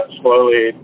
slowly